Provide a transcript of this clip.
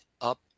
up